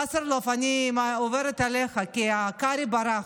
וסרלאוף, אני עוברת אליך, כי קרעי ברח,